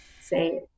say